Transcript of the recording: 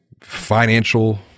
financial